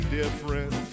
different